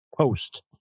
post